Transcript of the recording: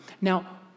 Now